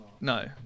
no